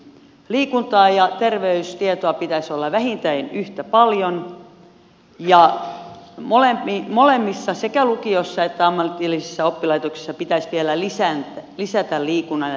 liikuntaa ja terveystietoa pitäisi olla vähintään yhtä paljon ja molemmissa sekä lukiossa että ammatillisessa oppilaitoksessa pitäisi vielä lisätä liikunnan ja terveystiedon määrää